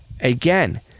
Again